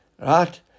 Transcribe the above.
Right